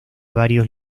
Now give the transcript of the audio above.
varios